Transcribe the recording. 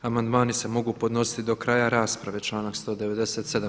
Amandmani se mogu podnositi do kraja rasprave, članak 197.